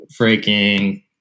freaking